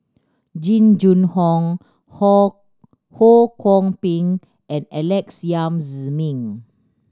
Jing Jun Hong Ho Ho Kwon Ping and Alex Yam Ziming